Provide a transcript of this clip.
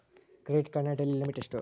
Credit ಕಾರ್ಡಿನ daily limit ಎಷ್ಟು?